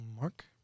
Mark